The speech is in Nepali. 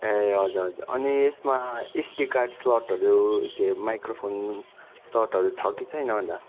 ए हजुर हजुर अनि यसमा एसडी कार्ड स्लटहरू के माइक्रोफोन टटहरू छ कि छैन हौ दा